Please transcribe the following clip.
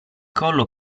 collo